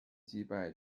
击败